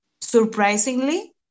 surprisingly